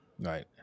Right